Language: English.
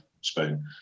Spain